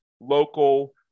local